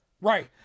Right